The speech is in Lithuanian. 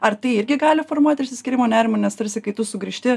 ar tai irgi gali formuoti išsiskyrimo nerimą nes tarsi kai tu sugrįžti